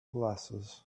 glasses